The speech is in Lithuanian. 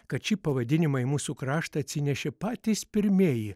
kad šį pavadinimą į mūsų kraštą atsinešė patys pirmieji